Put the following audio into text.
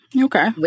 Okay